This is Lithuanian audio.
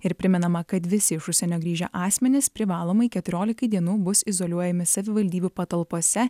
ir primenama kad visi iš užsienio grįžę asmenys privalomai keturiolikai dienų bus izoliuojami savivaldybių patalpose